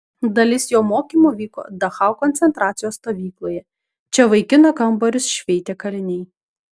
dalis jo mokymų vyko dachau koncentracijos stovykloje čia vaikino kambarius šveitė kaliniai